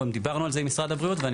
גם דיברנו על זה עם משרד הבריאות ואני